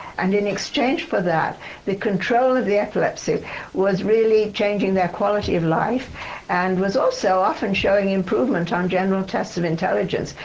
and in exchange for that the control of the epilepsy was really changing their quality of life and was also often showing improvement on general tests of intelligence.